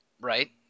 Right